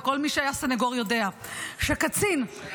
וכל מי שהיה סנגור יודע שקצין -- כמה שנים,